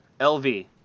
LV